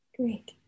Great